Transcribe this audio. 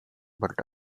but